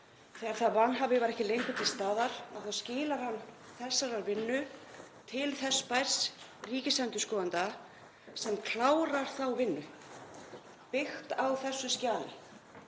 Þegar það vanhæfi var ekki lengur til staðar skilar hann þessari vinnu til þess bærs ríkisendurskoðanda sem klárar þá vinnu, byggt á þessu skjali.